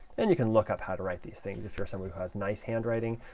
and you can look up how to write these things. if you're somebody who has nice handwriting,